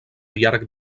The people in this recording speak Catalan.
llarg